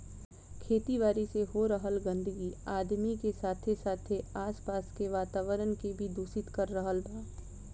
खेती बारी से हो रहल गंदगी आदमी के साथे साथे आस पास के वातावरण के भी दूषित कर रहल बा